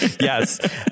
Yes